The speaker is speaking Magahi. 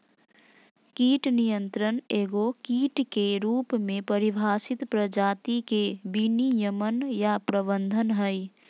कीट नियंत्रण एगो कीट के रूप में परिभाषित प्रजाति के विनियमन या प्रबंधन हइ